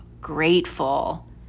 grateful